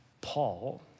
Paul